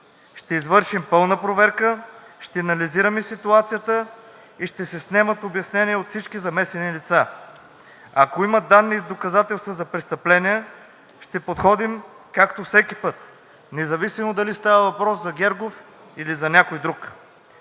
„Ще извършим пълна проверка, ще анализираме ситуацията и ще се снемат обяснения от всички замесени лица. Ако има данни и доказателства за престъпления, ще подходим както всеки път, независимо дали става въпрос за Гегов или за някой друг.“